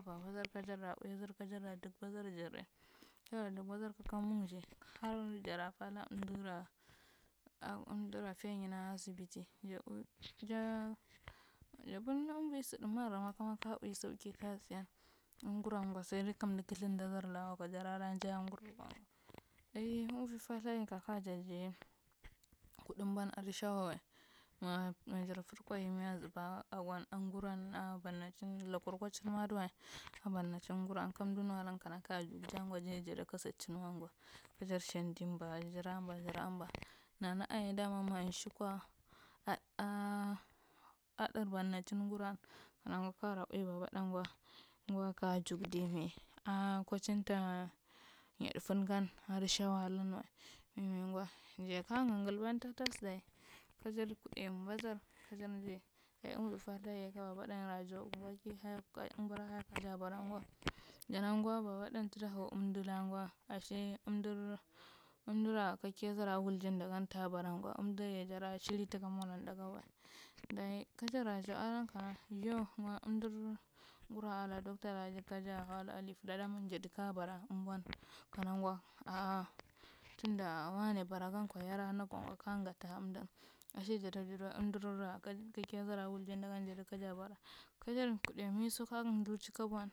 Barbadar kajara iudar kajar jikbar jarya, kajar jikbaɗa tuka mugzi har jara palu amdora as amdura, piyanyi a zibiti ja ga jabwuu anvoi saɗa morima kama ka ui suko kasiyan aguruwa gwo saidai kanadu kamanara lawa kwa jarada jai a suruwae gwo ɗai anvoi patha kakaja jaye kudbwan adi shewawae ma majar perrkwa yimi ya zuba agwon aguruwan a banadin lakur kwachinma adiwae abanachin nguruwa amdu nuwalan kana ka jukdi ngwa jayi jada kasakdirn gwa ajar shindimɓa jaraba nɓa jara mɓa nana aye da ma shekwa ad a aɗar banachin kara babaɗagwa, gwa ka juk jima a. kuchin ta nyel fdn gan adi shawalan wae mimi gwa jaye ka gagalban tatas diya kajar kuɗa mɓa dar kajar jai dayi amvoi pathaye kababaɗa ra yau ambour ki umbour niya kajabaragwa jangwa babaɗa tuda hav amdula gwa ashey amduri amdara ka kiya don a wulge ta baragwa amdiya jada siri tuka molada ganwae dayi kajara jawalan kana you amdur ngunewa a lka adi doctor la kaja hawle a lipila jadadama sadi ka bara umbawaen kanagwa a a tunda wanai bara gankwa yada nkwae gwa kasati a amdan azai jada jadiwae amdora kakiyadar wuse dagan jadu kaja bora kajar kuɗai miso ka lthurchin kabon.